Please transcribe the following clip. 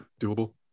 doable